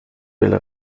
will